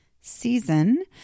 season